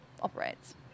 operates